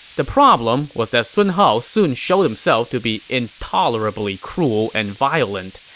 the problem was that sun hao soon showed himself to be intolerably cruel and violent,